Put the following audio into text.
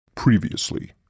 Previously